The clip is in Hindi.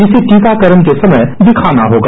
जिसे टीकाकरण के समय दिखाना होगा